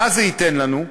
מה זה ייתן לנו?